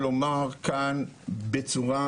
רציתי להביא לפה